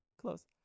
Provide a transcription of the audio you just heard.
Close